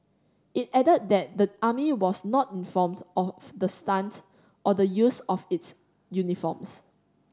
it added that the army was not informed of the stunt or the use of its uniforms